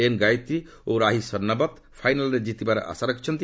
N Gayatri ଓ ରାହି ସର୍ଣ୍ଣବତ୍ ଫାଇନାଲ୍ରେ ଜିତିବାର ଆଶା ରଖିଛନ୍ତି